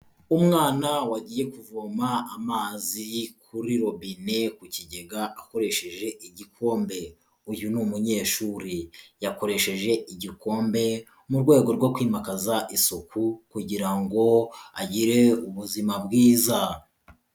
Umwana wagiye kuvoma amazi kuri robine ku kigega akoresheje igikombe, uyu ni umunyeshuri, yakoresheje igikombe mu rwego rwo kwimakaza isuku kugira ngo agire ubuzima bwiza.